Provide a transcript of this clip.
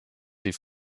die